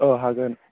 अ हागोन